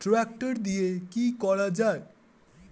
Tractor দিয়ে কি করা যায়?